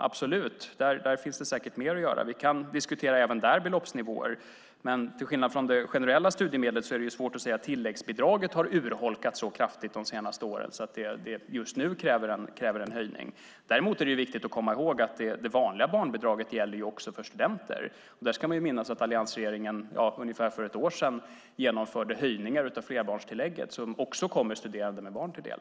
Men det finns säkert mer att göra. Även där kan vi diskutera beloppsnivåer. Men till skillnad från generella studiemedel är det svårt att säga att tilläggsbidraget har urholkats så kraftigt under de senaste åren att det just nu krävs en höjning. Däremot är det viktigt att komma ihåg att det vanliga barnbidraget gäller också för studenter. Man ska minnas att alliansregeringen för ungefär ett år sedan genomförde höjningar av flerbarnstillägget som också kommer studerande med barn till del.